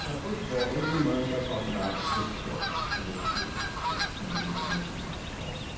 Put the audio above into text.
ah first of all every month i talk about this book or this this collection of information across the college.